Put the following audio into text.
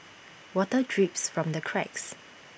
water drips from the cracks